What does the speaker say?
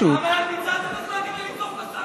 אבל את ניצלת את הזמן הזה לתקוף את השרה.